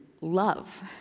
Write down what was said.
love